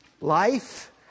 life